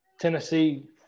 Tennessee